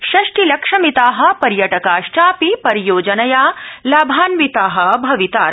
षष्टिलक्षमिताः पर्यटकाश्वापि परियोजनया लाभान्विता भवितार